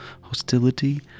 hostility